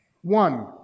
One